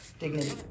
Dignity